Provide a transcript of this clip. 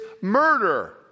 murder